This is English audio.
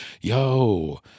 yo